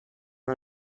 amb